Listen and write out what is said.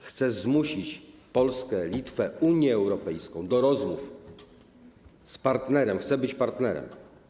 Chce zmusić Polskę, Litwę, Unię Europejską do rozmów z partnerem, chce być partnerem.